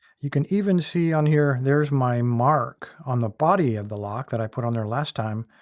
you can even see on here, there's my mark on the body of the lock that i put on there last time,